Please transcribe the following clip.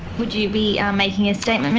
would you be ah making a statement,